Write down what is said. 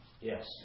Yes